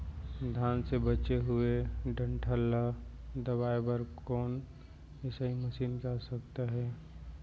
धान के बचे हुए डंठल ल दबाये बर कोन एसई मशीन के आवश्यकता हे?